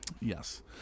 Yes